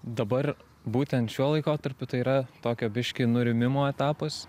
dabar būtent šiuo laikotarpiu tai yra tokio biški nurimimo etapas